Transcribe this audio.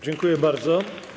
Dziękuję bardzo.